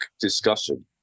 discussion